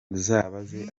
uzabaze